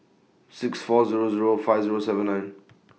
six four Zero Zero five Zero seven nine